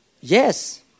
Yes